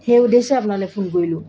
সেই উদ্দেশ্যে আপোনালৈ ফোন কৰিলোঁ